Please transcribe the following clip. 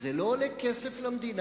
זה לא עולה כסף למדינה,